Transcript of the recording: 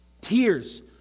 Tears